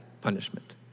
punishment